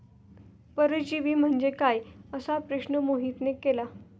परजीवी म्हणजे काय? असा प्रश्न मोहितने केला